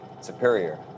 superior